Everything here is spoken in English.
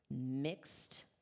mixed